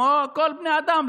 כמו לכל בני אדם,